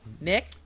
Nick